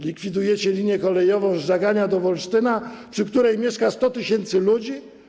Likwidujecie linię kolejową z Żagania do Wolsztyna, przy której mieszka 100 tys. ludzi?